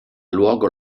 luogo